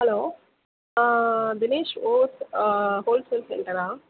hello ah Dinesh whole ah wholesale சென்டரா